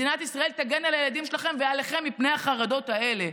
מדינת ישראל תגן על הילדים שלכם ועליכם מפני החרדות האלה.